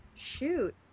Shoot